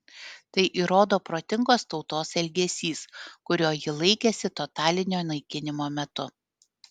tai įrodo protingos tautos elgesys kurio ji laikėsi totalinio naikinimo metu